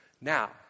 now